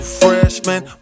freshman